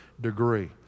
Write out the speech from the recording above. degree